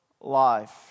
life